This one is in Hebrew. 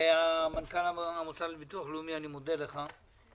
מנכ"ל המוסד לביטוח לאומי, אני מודה לך.